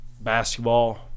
basketball